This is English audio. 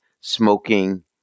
smoking